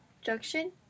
introduction